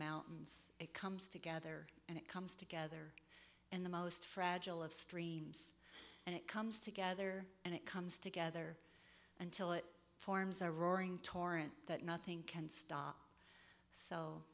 mountains it comes together and it comes together in the most fragile of streams and it comes together and it comes together until it forms a roaring torrent that nothing can stop so